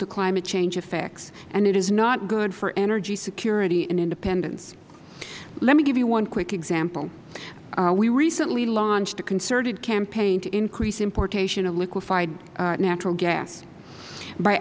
to climate change effects and it is not good for energy security and independence let me give you one quick example we recently launched a concerted campaign to increase importation of liquefied natural gas by